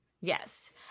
Yes